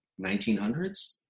1900s